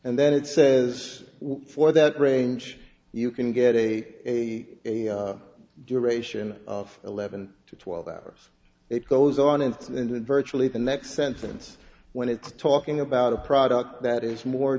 and then it says for that range you can get a duration of eleven to twelve hours it goes on into virtually the next sentence when it's talking about a product that is more